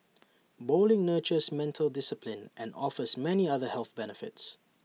bowling nurtures mental discipline and offers many other health benefits